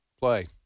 play